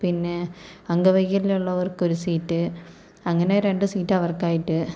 പിന്നെ അംഗവൈകല്യള്ളവർക്ക് ഒരു സീറ്റ് അങ്ങനെ രണ്ട് സീറ്റ് അവർക്കായിട്ട്